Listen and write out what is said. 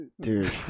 Dude